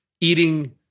eating